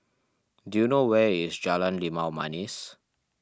do you know where is Jalan Limau Manis